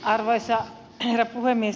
arvoisa herra puhemies